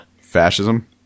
fascism